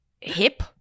hip